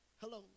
Hello